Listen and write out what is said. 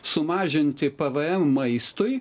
sumažinti pvm maistui